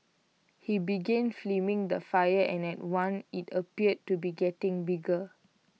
he began filming the fire and at one IT appeared to be getting bigger